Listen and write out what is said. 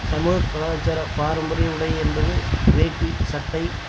தமிழ் கலாச்சார பாரம்பரிய உடை என்பது வேட்டி சட்டை